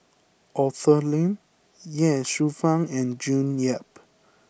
Arthur Lim Ye Shufang and June Yap